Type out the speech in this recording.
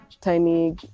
tiny